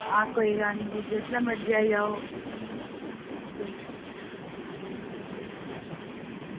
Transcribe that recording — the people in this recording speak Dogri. हां कोई गल्ल निं तुस जिसलै मर्जी आई जाओ